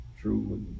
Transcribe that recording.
true